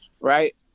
right